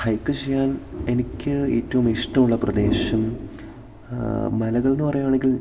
hike ചെയ്യാൻ എനിക്ക് ഏറ്റവും ഇഷ്ടമുള്ള പ്രദേശം മലകൾ എന്ന് പറയുകയാണെങ്കിൽ